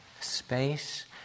Space